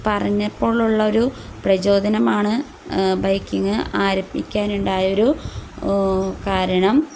പറഞ്ഞപ്പോഴുള്ളൊരു പ്രചോദനമാണ് ബൈക്കിങ്ങ് ആരംഭിക്കാനുണ്ടായൊരു കാരണം